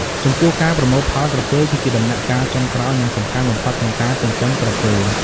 ចំពោះការប្រមូលផលក្រពើគឺជាដំណាក់កាលចុងក្រោយ និងសំខាន់បំផុតក្នុងការចិញ្ចឹមក្រពើ។